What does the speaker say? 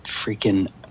freaking